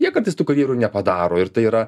jie kartais tų karjerų nepadaro ir tai yra